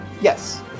Yes